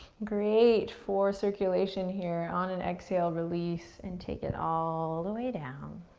great for circulation here. on an exhale, release and take it all the way down,